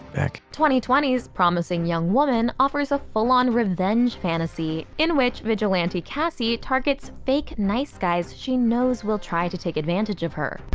beck. twenty twenty s promising young woman offers a full-on revenge fantasy, in which vigilante cassie targets fake nice guys she knows will try to take advantage of her.